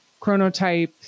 chronotype